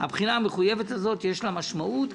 הבחינה המחויבת הזאת יש לה משמעות.